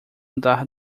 andar